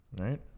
right